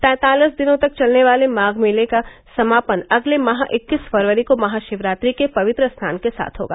तैतालीस दिनों तक चलने वाले माघ मेले का समापन अगले माह इक्कीस फरवरी को महाशिवरात्रि के पवित्र स्नान के साथ होगा